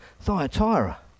Thyatira